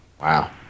Wow